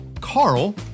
Carl